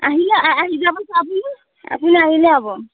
আহিলে আহি যাবচোন আপুনি আপুনি আহিলে হ'ব